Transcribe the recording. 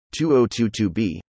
2022b